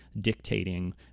dictating